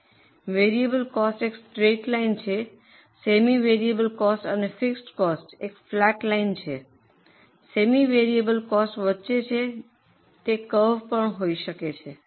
variable cost એક straight line છે semi variable cost અને ફિક્સડ કોસ્ટ એક ફ્લેટ લાઈન છે સેમી વેરિયેબલ કોસ્ટ વચ્ચે છે તે કરવ પણ હોઈ શકે છે